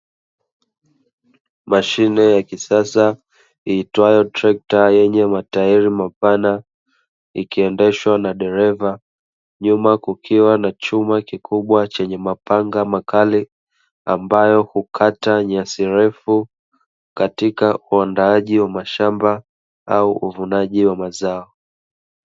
Mashine ya kisasa itwayo trekta yenye matairi mapana ikiendeshwa na dereva, nyuma kukiwa na chuma kikubwa chenye mapanga makali ambacho hukata nyasi ndefu katika huandaaji wa mashamba au uvunaji wa mazao.